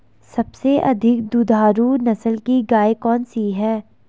सबसे अधिक दुधारू नस्ल की गाय कौन सी है?